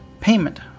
payment